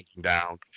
down